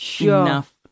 enough